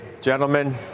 Gentlemen